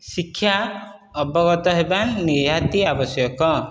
ଶିକ୍ଷା ଅବଗତ ହେବା ନିହାତି ଆବଶ୍ୟକ